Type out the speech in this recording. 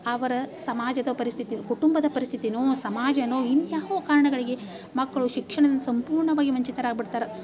ಅವರ ಸಮಾಜದ ಪರಿಸ್ಥಿತಿ ಕುಟುಂಬದ ಪರಿಸ್ಥಿತಿಯೂ ಸಮಾಜವೋ ಇನ್ಯಾವೋ ಕಾರಣಗಳಿಗೆ ಮಕ್ಳು ಶಿಕ್ಷಣದಿಂದ ಸಂಪೂರ್ಣವಾಗಿ ವಂಚಿತರಾಗಿ ಬಿಡ್ತಾರೆ